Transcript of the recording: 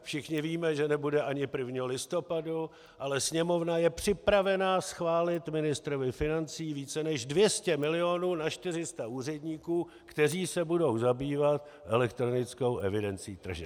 Všichni víme, že nebude ani 1. listopadu, ale Sněmovna je připravena schválit ministrovi financí více než 200 milionů na 400 úředníků, kteří se budou zabývat elektronickou evidencí tržeb.